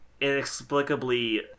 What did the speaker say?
inexplicably